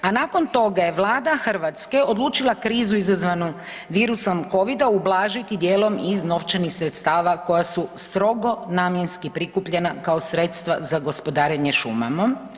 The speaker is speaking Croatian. A nakon toga je Vlada Hrvatske odlučila krizu izazvanu virusom COVID-a ublažiti dijelom iz novčanih sredstava koja su strogo namjenski prikupljena kao sredstva za gospodarenje šumama.